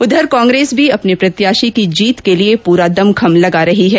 इधर कांग्रेस भी अपने प्रत्याशी की जीत के लिये पूरा दमखम लगा रही है